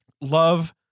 Love